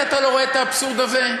באמת אתה לא רואה את האבסורד הזה?